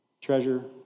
Treasure